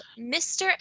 Mr